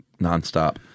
nonstop